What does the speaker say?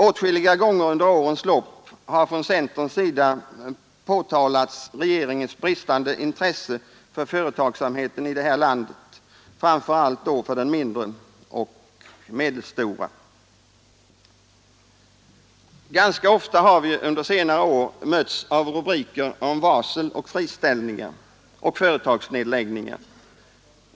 Åtskilliga gånger under årens lopp har från centerns sida påtalats regeringens bristande intresse för företagsamheten i det här landet, framför allt för den mindre och medelstora. Ganska ofta har vi under senare åren mötts av rubriker om varsel, friställningar och företagsnedläggningar.